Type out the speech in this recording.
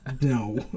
No